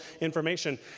information